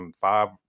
five